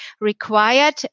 required